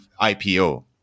IPO